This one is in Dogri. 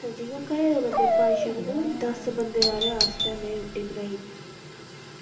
जि'यां घरे दे बंदे पंज छे बंदे कोई दस बंदे हारै आस्तै में रुट्टी बनाई दी